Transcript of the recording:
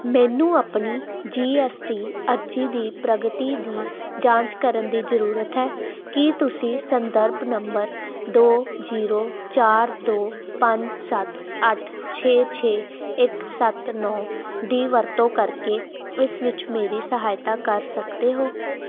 ਮੈਨੂੰ ਆਪਣੀ G S T ਅਰਜ਼ੀ ਦੀ ਪ੍ਰਗਤੀ ਦੀ ਜਾਂਚ ਕਰਨ ਦੀ ਜ਼ਰੂਰਤ ਹੈ ਕੀ ਤੁਸੀਂ ਸੰਦਰਭ ਨੰਬਰ ਦੋ ਜ਼ੀਰੋ ਚਾਰ ਦੋ ਪੰਜ ਸੱਤ ਅੱਠ ਛੇ ਛੇ ਇੱਕ ਸੱਤ ਨੌਂ ਦੀ ਵਰਤੋਂ ਕਰਕੇ ਇਸ ਵਿੱਚ ਮੇਰੀ ਸਹਾਇਤਾ ਕਰ ਸਕਦੇ ਹੋ